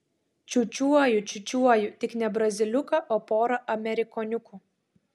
čiūčiuoju čiūčiuoju tik ne braziliuką o porą amerikoniukų